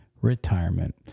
retirement